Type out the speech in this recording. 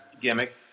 gimmick